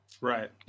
Right